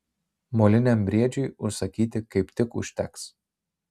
moliniam briedžiui užsakyti kaip tik užteks